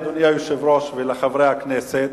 אדוני היושב-ראש וחברי הכנסת?